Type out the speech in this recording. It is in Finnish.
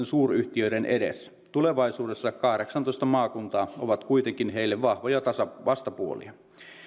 suuryhtiöiden edessä tulevaisuudessa kahdeksantoista maakuntaa ovat kuitenkin heille vahvoja vastapuolia